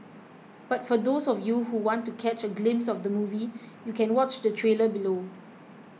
but for those of you who want to catch a glimpse of the movie you can watch the trailer below